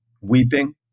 weeping